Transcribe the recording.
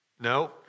No